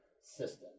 system